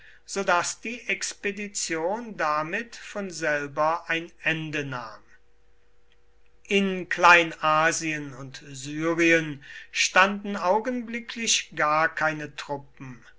daß die expedition damit von selber ein ende nahm in kleinasien und syrien standen augenblicklich gar keine truppen